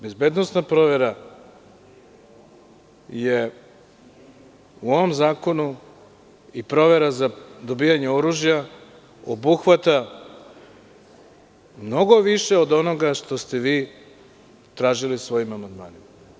Bezbednosna provera, u ovom zakonu, i provera za dobijanje oružja obuhvataju mnogo više od onoga što ste vi tražili svojim amandmanima.